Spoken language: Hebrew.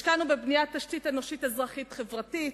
השקענו בבניית תשתית אנושית, אזרחית, חברתית.